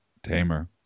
Tamer